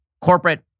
corporate